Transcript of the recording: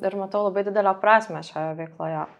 ir matau labai didelę prasmę šioje veikloje